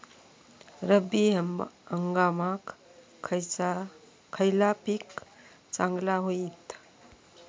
रब्बी हंगामाक खयला पीक चांगला होईत?